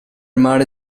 mare